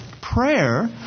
Prayer